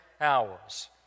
hours